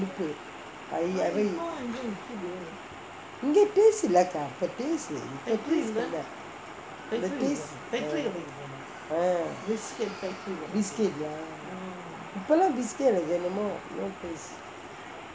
இங்கே:ingae taste இல்லே கா இப்போ:illae kaa ippo taste இல்லே அந்த:illae antha taste ah biscuit ya இப்பலாம்:ippalaam biscuit எனக்கு என்னமோ:enakku ennammo no taste